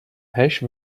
hash